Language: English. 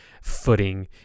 footing